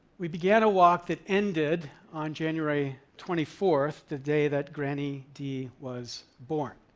we began a walk that ended on january twenty fourth, the day that granny d was born.